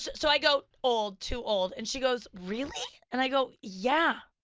so i go, old, too old, and she goes, really? and i go, yeah,